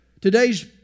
today's